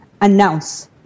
announce